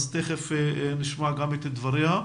אז תיכף נשמע גם את דבריה.